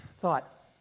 thought